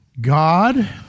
God